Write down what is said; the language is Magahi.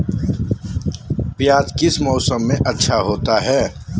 प्याज किस मौसम में अच्छा होता है?